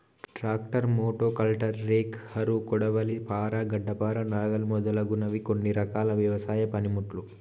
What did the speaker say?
tractor, మోటో కల్టర్, rake, harrow, కొడవలి, పార, గడ్డపార, నాగలి మొదలగునవి కొన్ని రకాల వ్యవసాయ పనిముట్లు